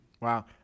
Wow